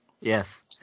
Yes